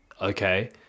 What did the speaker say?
okay